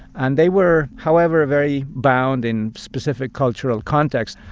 and they were however very bound in specific cultural context.